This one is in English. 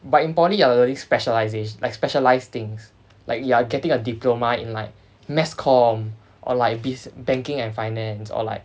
but in poly you are learning specialisa~ like specialize things like you are getting a diploma in like mass comm or like busi~ banking and finance or like